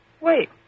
Wait